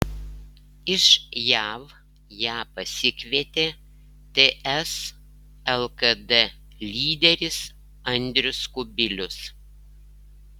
iš jav ją pasikvietė ts lkd lyderis andrius kubilius